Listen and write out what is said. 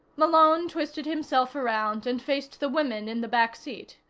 malone twisted himself around and faced the women in the back seat.